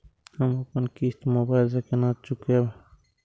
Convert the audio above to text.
हम अपन किस्त मोबाइल से केना चूकेब?